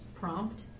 Prompt